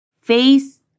face